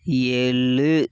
ஏழு